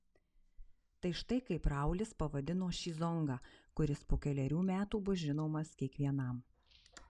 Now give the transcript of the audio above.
tai štai kaip raulis pavadino šį zongą kuris po kelerių metų bus žinomas kiekvienam